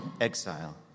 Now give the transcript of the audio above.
exile